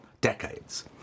decades